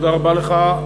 תודה רבה לך.